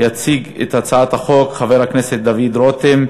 יציג את הצעת החוק חבר הכנסת דוד רותם,